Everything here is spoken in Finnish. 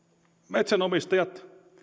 metsänomistajat